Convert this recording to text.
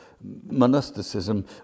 monasticism